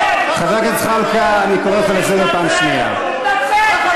אפשר בהחלט להמשיך ככה.